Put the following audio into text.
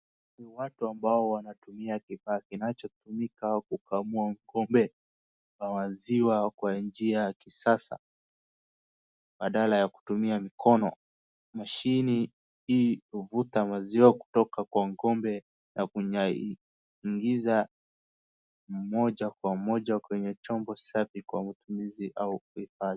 Watu ambao wanatumia kifaa kinachotumika kukamua ng'ombe kwa maziwa kwa njia ya kisasa, badala ya kutumia mikono, machine hii huvuta maziwa kutoka kwa ng'ombe, na kuyaingiza moja kwa moja kwenye chombo safi kwa matumizi au kuhifadhi.